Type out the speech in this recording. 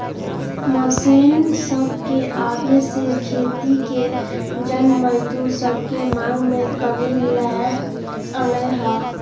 machine सभके आबे से खेती के जन मजदूर सभके मांग में कमी अलै ह